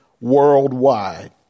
worldwide